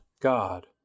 God